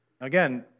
Again